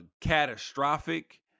catastrophic